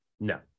no